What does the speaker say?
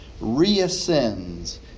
reascends